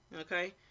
okay